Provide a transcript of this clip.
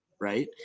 right